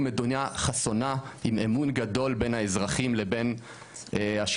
או מדינה חסונה עם אמון גדול בין האזרחים לבין השלטון,